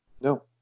No